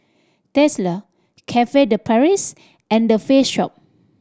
Tesla Cafe De Paris and The Face Shop